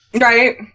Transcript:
right